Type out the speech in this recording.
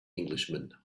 englishman